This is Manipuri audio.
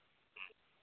ꯎꯝ